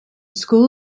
school